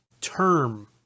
term